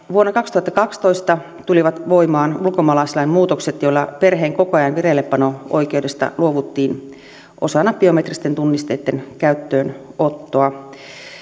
vuonna kaksituhattakaksitoista tulivat voimaan ulkomaalaislain muutokset joilla perheenkokoajan vireillepano oikeudesta luovuttiin osana biometristen tunnisteitten käyttöönottoa